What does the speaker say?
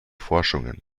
forschungen